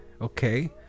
okay